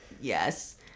Yes